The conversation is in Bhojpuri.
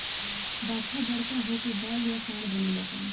बाछा बड़का होके बैल या सांड बनेलसन